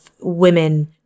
women